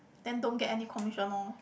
then don't get any commission orh